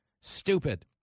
stupid